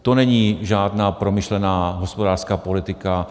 To není žádná promyšlená hospodářská politika.